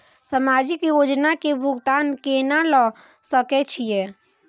समाजिक योजना के भुगतान केना ल सके छिऐ?